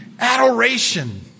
adoration